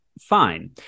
fine